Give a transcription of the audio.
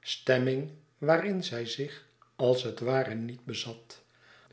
stemming waarin zij zich als het ware niet bezat